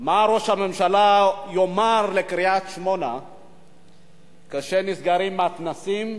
מה ראש הממשלה יאמר לקריית-שמונה כאשר נסגרים מתנ"סים,